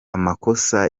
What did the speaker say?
amakosa